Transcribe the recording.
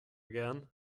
again